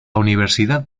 universidad